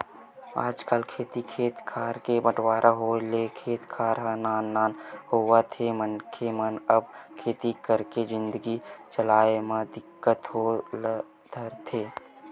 आजकल खेती खेत खार के बंटवारा होय ले खेत खार ह नान नान होवत हे मनखे मन अब खेती करके जिनगी चलाय म दिक्कत होय ल धरथे